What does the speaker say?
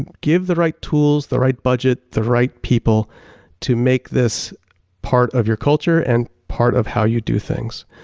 and give the right tools, the right budget, the right people to make this part of your culture and part of how you do things.